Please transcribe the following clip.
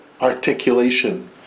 articulation